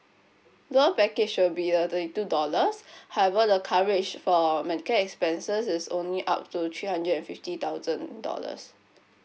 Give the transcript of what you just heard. the package should be the thirty two dollars however the coverage for medical expenses is only up to three hundred and fifty thousand dollars